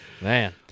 Man